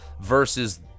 Versus